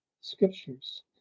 scriptures